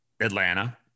Atlanta